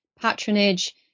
patronage